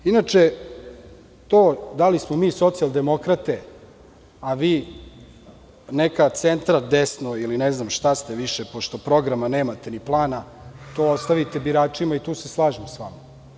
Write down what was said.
Inače, to da li smo mi socijaldemokrate a vi nekacentra-desno ili ne znam šta ste više, pošto programa nemate, ni plana, to ostavite biračima i tu se slažem sa vama.